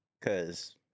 Cause